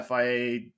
FIA